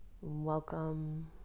Welcome